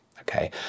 Okay